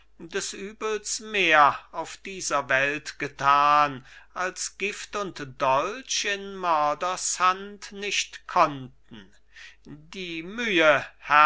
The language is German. des übels mehr auf dieser welt getan als gift und dolch in mörders hand nicht konnten die mühe